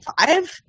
Five